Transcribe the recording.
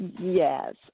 Yes